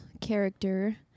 character